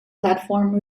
platform